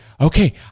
okay